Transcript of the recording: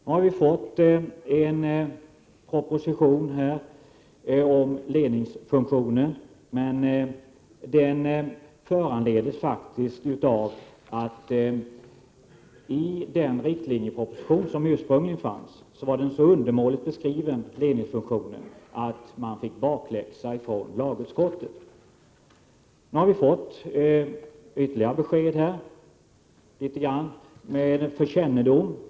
Vi har nu fått en proposition om ledningsfunktionen, men den föranleds faktiskt av att ledningsfunktionen var så undermåligt beskriven i den ursprungliga riktlinjepropositionen att regeringen fick bakläxa från lagutskottet. Nu har vi fått litet ytterligare besked, mest för kännedom.